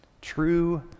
True